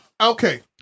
Okay